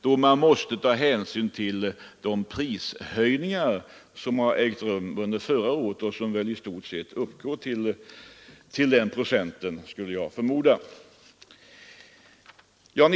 Man måste nämligen ta hänsyn till de prishöjningar som ägt rum under förra året och som jag förmodar i stort sett har uppgått till den procentsats som gällde omsättningshöjningen.